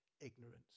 ignorance